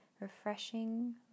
refreshing